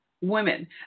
women